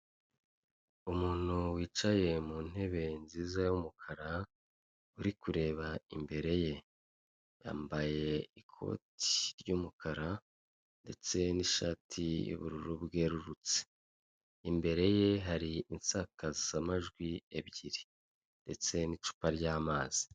Umuntu wicaye mu ntebe nziza y'umukara, uri kureba imbere ye. Yambaye ikoti ry'umukara ndetse n'ishati y'ubururu bwerurutse, imbere ye hari insakazamajwi ebyiri ndetse n'icupa ry'amazi.